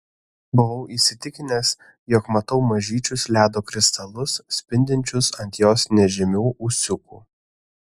buvau įsitikinęs jog matau mažyčius ledo kristalus spindinčius ant jos nežymių ūsiukų